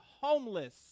homeless